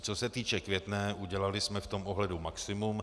Co se týče Květné, udělali jsme v tom ohledu maximum.